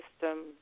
system